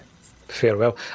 Farewell